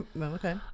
okay